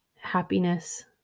happiness